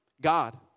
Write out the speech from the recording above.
God